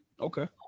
Okay